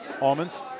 almonds